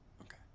okay